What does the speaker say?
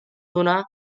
donar